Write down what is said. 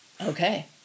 Okay